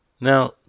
Now